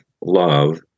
love